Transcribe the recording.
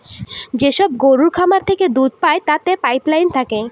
যেসব গরুর খামার থেকে দুধ পায় তাতে পাইপ লাইন থাকে